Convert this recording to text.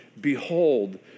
Behold